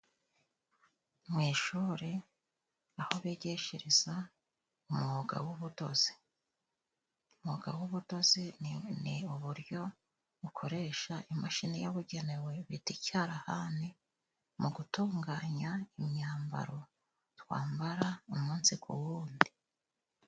Mu ishuri aho bigishiriza umwuga w'ubudozi. Umuwuga w'ubudozi ni uburyo bukoresha imashini yabugenewe bita icyarahane, mu gutunganya imyambaro twambara umunsi ku wundi.